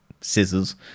scissors